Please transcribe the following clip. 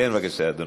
בבקשה, אדוני.